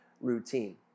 routine